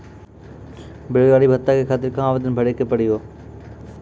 बेरोजगारी भत्ता के खातिर कहां आवेदन भरे के पड़ी हो?